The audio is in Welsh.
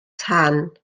tan